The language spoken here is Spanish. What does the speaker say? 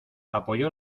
apoyó